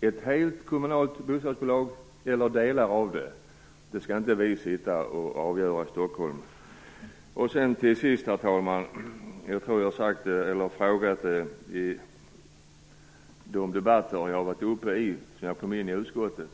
hela sitt kommunala bostadsbolag eller delar av det. Det skall vi inte vi sitta i Stockholm och avgöra. Till sist, herr talman, vill jag ta upp en fråga som jag har ställt i tidigare debatter sedan jag kom in i bostadsutskottet.